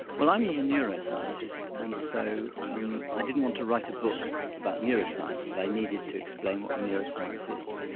well, i'm not a neuroscientist, and so um i didn't want to write a book about neuroscience but i needed to explain what the neuroscience is.